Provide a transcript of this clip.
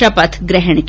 शपथ ली